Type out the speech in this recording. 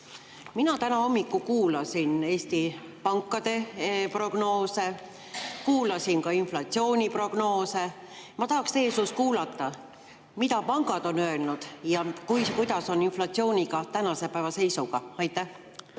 Mina täna hommikul kuulasin Eesti pankade prognoose, kuulasin ka inflatsiooniprognoose. Ma tahaksin teie suust kuulda, mida pangad on öelnud ja kuidas on inflatsiooniga tänase päeva seisuga. Aitäh!